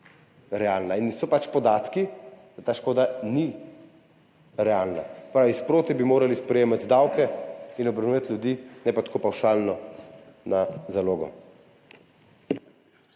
realna. In so pač podatki, da ta škoda ni realna. Se pravi, sproti bi morali sprejemati davke in obremenjevati ljudi, ne pa tako pavšalno na zalogo.